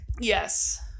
Yes